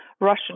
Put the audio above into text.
Russian